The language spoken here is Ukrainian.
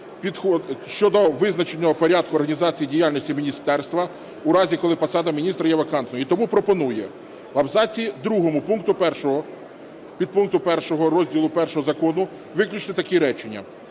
щодо визначеного порядку організації діяльності міністерства у разі, коли посада міністра є вакантною. І тому пропонує: в абзаці другому пункту 1 підпункту 1 розділу I закону виключити такі речення: